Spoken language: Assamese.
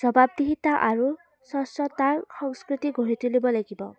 জবাবদিহিতা আৰু স্বচ্ছতাৰ সংস্কৃতি গঢ়ি তুলিব লাগিব